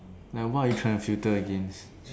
like what you can filter in